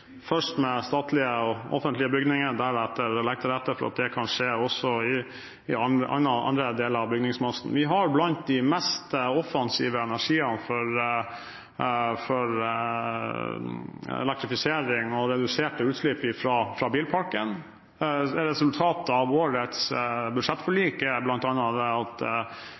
først med statlige og offentlige bygninger, deretter ved å legge til rette for at det kan skje også i andre deler av bygningsmassen. Vår energipolitikk er blant de mest offensive for elektrifisering og reduserte utslipp fra bilparken. Resultatet av årets budsjettforlik